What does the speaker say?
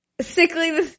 Sickly